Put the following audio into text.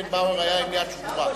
כשבקנבאואר היה עם יד שבורה.